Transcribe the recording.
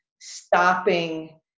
stopping